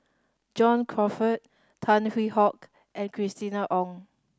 John Crawfurd Tan Hwee Hock and Christina Ong